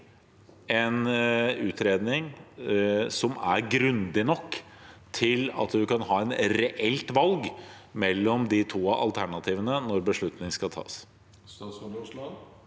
en utredning som er grundig nok til at vi kan ha et reelt valg mellom de to alternativene når beslutningen skal tas?